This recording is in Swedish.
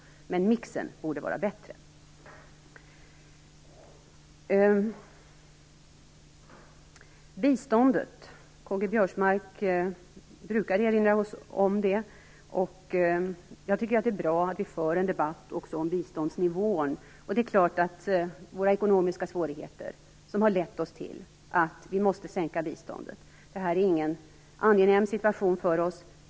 Men mixen borde vara bättre. K-G Biörsmark brukar erinra oss om biståndet. Jag tycker att det är bra att vi för en debatt också om biståndsnivån. Våra ekonomiska svårigheter har lett till att vi måste sänka biståndet. Det är ingen angenäm situation för oss.